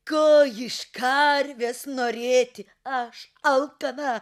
ko iš karvės norėti aš alkana